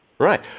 Right